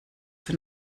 von